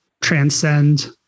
transcend